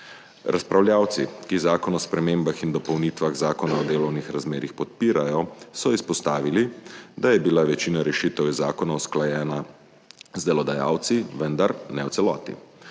Razpravljavci, ki Zakon o spremembah in dopolnitvah Zakona o delovnih razmerjih podpirajo, so izpostavili, da je bila večina rešitev iz zakona usklajena z delodajalci, vendar ne v celoti.